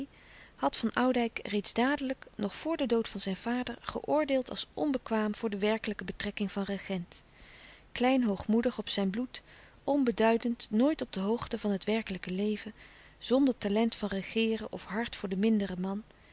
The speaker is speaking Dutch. had van oudijck reeds dadelijk nog voor den dood van zijn vader geoordeeld als onbekwaam voor de werkelijke betrekking van regent klein hoogmoedig op zijn bloed onbeduidend nooit op de hoogte van het werkelijke leven louis couperus de stille kracht zonder talent van regeeren of hart voor den minderen man